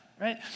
right